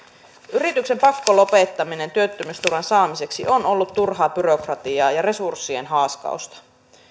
yrityksen pakkolopettaminen työttömyysturvan saamiseksi on ollut turhaa byrokratiaa ja resurssien haaskausta